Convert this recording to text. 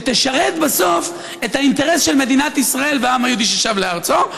שתשרת בסוף את האינטרס של מדינת ישראל והעם היהודי ששב לארצו?